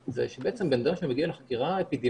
זה שבעצם בן אדם שמגיע לחקירה אפידמיולוגית,